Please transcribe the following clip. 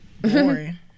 boring